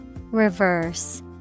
Reverse